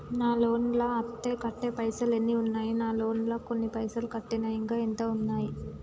నా లోన్ లా అత్తే కట్టే పైసల్ ఎన్ని ఉన్నాయి నా లోన్ లా కొన్ని పైసల్ కట్టిన ఇంకా ఎంత ఉన్నాయి?